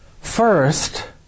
First